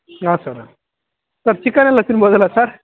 ಹಾಂ sir sir chicken ಎಲ್ಲ ತಿನ್ಬೋದಲ್ಲ ಸರ್